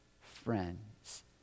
friends